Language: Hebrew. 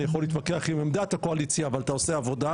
אני יכול להתווכח עם עמדת הקואליציה אבל אתה עושה עבודה,